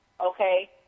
okay